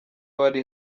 bari